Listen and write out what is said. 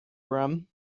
room